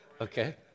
Okay